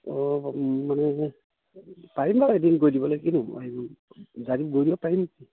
অঁ মানে পাৰিম বাৰু এদিন গৈ দিবলে কিনো জাব গৈ দিব পাৰিম